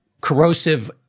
corrosive